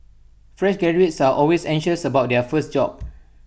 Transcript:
fresh graduates are always anxious about their first job